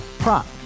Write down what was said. Prop